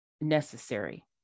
necessary